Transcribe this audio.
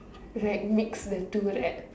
like mix the two right